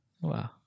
Wow